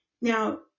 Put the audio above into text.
Now